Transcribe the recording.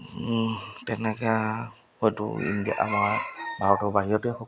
তেনেকৈ হয়তো ইণ্ডিয়া আমাৰ ভাৰতৰ বাহিৰতে হওক